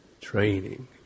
training